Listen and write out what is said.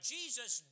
Jesus